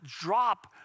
drop